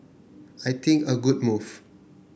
I think a good move